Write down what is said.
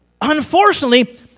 Unfortunately